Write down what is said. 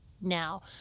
now